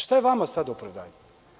Šta je vama sada opravdanje?